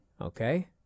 Okay